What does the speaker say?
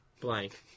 Blank